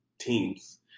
teams